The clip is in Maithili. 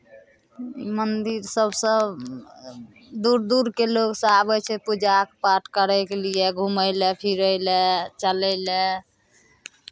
मन्दिरसभ सभ दूर दूरके लोकसभ आबै छै पूजा पाठ करयके लिए घुमय लेल फिरय लेल चलय लेल